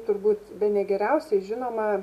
turbūt bene geriausiai žinoma